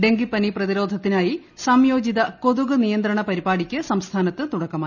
ഡെങ്കിപ്പനി പ്രിതിരോധത്തിനായി സംയോജിത കൊതുക് പ് നിയന്ത്രണ പരിപാടിക്ക് സംസ്ഥാനത്ത് തുടക്കമായി